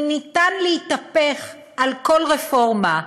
אם ניתן להתהפך על כל רפורמה,